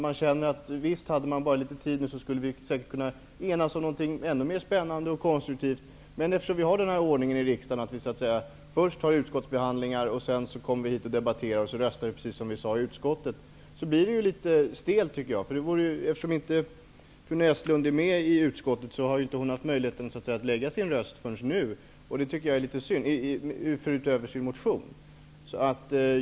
Jag känner att vi, om vi hade litet mera tid till förfogande, säkerligen skulle kunna enas om något spännande och konstruktivt. Men vi har i riksdagen en behandlingsordning med utskottsförhandlingar följda av debatt här i kammaren, varefter vi röstar precis som vi gjort i utskottet. Jag tycker att det är en litet stel ordning. Eftersom fru Näslund inte är med i utskottet, har hon utöver motionen inte förrän nu haft möjlighet att lägga fram sina synpunkter.